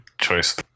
choice